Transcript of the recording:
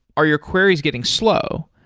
are your queries getting slow?